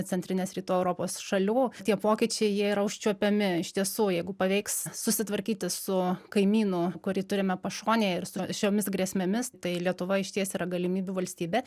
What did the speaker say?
centrinės rytų europos šalių tie pokyčiai jie yra užčiuopiami iš tiesų jeigu paveiks susitvarkyti su kaimynu kurį turime pašonėj ir su šiomis grėsmėmis tai lietuva išties yra galimybių valstybė